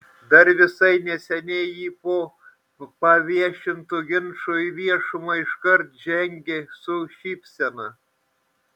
dar visai neseniai ji po paviešinto ginčo į viešumą iškart žengė su šypsena